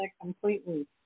completely